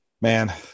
Man